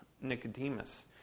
Nicodemus